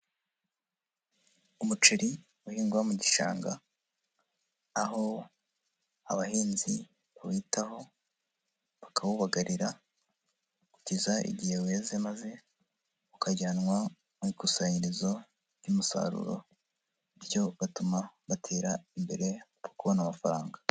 Umuceri uhingwa mu gishanga, aho abahinzi bawitaho bakawubagarira kugeza igihe weze maze ukajyanwa mu ikusanyirizo ry'umusaruro, bityo bigatuma batera imbere mu kubona amafaranga.